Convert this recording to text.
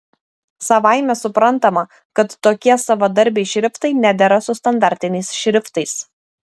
savaime suprantama kad tokie savadarbiai šriftai nedera su standartiniais šriftais